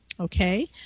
Okay